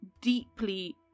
deeply